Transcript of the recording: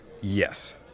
Yes